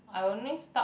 I only start